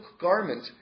garment